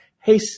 hey